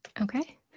Okay